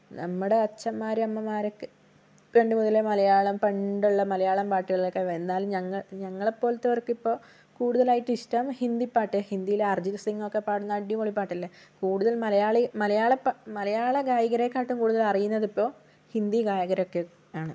നമ്മുടെ അച്ഛൻമാരും അമ്മമാരൊക്കെ പണ്ടു മുതലെ മലയാളം പണ്ടുള്ള മലയാളം പാട്ടുകളൊക്കെ എന്നാലും ഞങ്ങ ഞങ്ങളെ പോലത്തവർക്കിപ്പോൾ കൂടുതലായിട്ട് ഇഷ്ട്ടം ഹിന്ദി പാട്ട് ഹിന്ദിയിലെ അർജിത് സിങ്ങൊക്കെ പാടുന്നത് അടിപൊളി പാട്ടല്ലെ കൂടുതൽ മലയാളി മലയാള പ മലയാള ഗായകരെക്കാട്ടും കൂടുതൽ അറിയുന്നതിപ്പോൾ ഹിന്ദി ഗായകരൊക്കെയാണ്